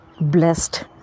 blessed